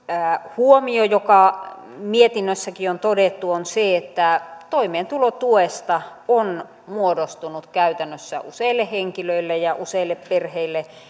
huomio joka mietinnössäkin on todettu on se että toimeentulotuesta on muodostunut käytännössä useille henkilöille ja useille perheille